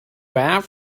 have